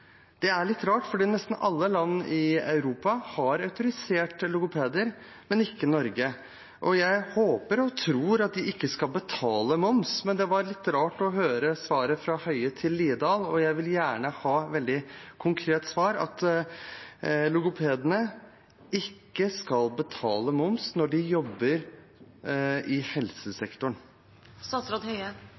Det er litt rart, for nesten alle land i Europa har autoriserte logopeder, men ikke Norge. Jeg håper og tror at de ikke skal betale moms, men det var litt rart å høre svaret fra Høie til Haukeland Liadal, og jeg vil gjerne ha et veldig konkret svar, at logopedene ikke skal betale moms når de jobber i